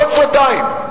בשנתיים,